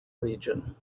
region